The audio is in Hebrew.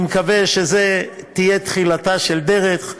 אני מקווה שזו תהיה תחילתה של דרך.